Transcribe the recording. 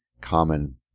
common